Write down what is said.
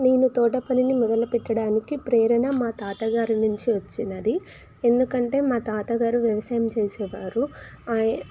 నేను తోట పనిని మొదలు పెట్టడానికి ప్రేరణ మా తాతగారు నుంచి వచ్చింది ఎందుకంటే మా తాతగారు వ్యవసాయం చేసేవారు ఆయ్